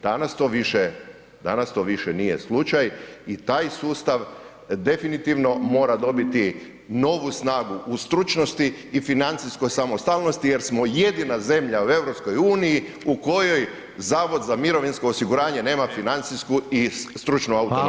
Danas to više nije slučaj i taj sustav definitivno mora dobiti novu snagu u stručnosti i financijskoj samostalnosti jer smo jedina zemlja u EU u kojoj Zavod za mirovinsko osiguranje nema financijsku i stručnu autonomiju.